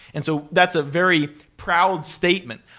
and so that's a very proud statement.